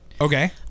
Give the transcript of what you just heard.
Okay